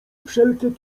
wszelkie